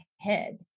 head